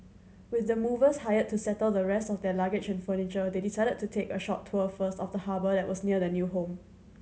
with the movers hired to settle the rest of their luggage and furniture they decided to take a short tour first of the harbour that was near their new home